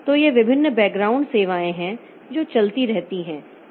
तो ये विभिन्न बैकग्राउंड सेवाएं हैं जो चलती रहती हैं